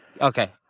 Okay